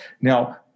Now